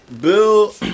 Bill